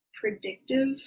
predictive